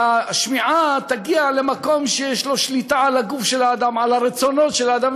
שהשמיעה תגיע למקום שיש לו שליטה על הגוף של האדם על הרצונות של האדם,